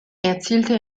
erzielte